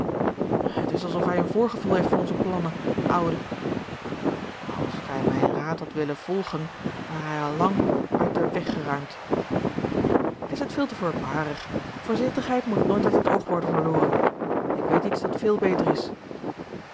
het is alsof hij een voorgevoel heeft van onze plannen de oude als gij mijn raad hadt willen volgen ware hij al lang uit den weg geruimd gij zijt veel te voorbarig voorzigtigheid moet nooit uit het oog worden verloren ik weet iets dat veel beter is